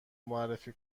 معرفی